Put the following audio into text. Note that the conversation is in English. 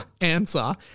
answer